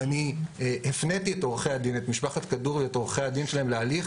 ואני הפניתי את משפחת כדורי ואת עורכי הדין שלהם להליך